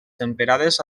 temperades